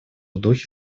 духе